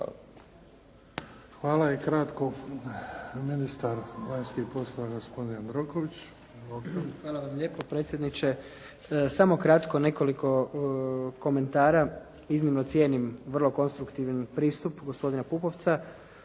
Izvolite. **Jandroković, Gordan (HDZ)** Hvala vam lijepo predsjedniče. Samo kratko, nekoliko komentara. Iznimno cijenim vrlo konstruktivan pristup gospodina Pupovca,